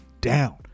down